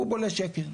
קוב עולה 1 שקל,